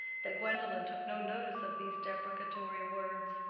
that gwendolen took no notice of these deprecatory words.